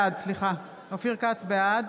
בעד